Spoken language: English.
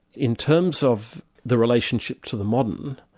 in terms of the relationship to the modern,